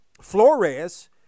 Flores